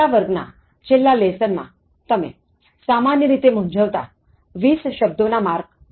છેલ્લાં વર્ગ ના છેલ્લા લેસન માં તમે સામાન્ય રીતે મૂંઝવતા 20 શબ્દોના માર્ક ગણ્યા હતા